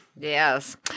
Yes